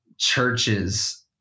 churches